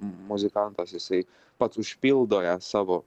muzikantas jisai pats užpildo ją savo